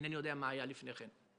ואינני יודע מה היה לפני כן.